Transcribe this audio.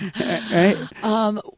Right